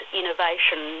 innovation